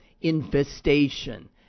infestation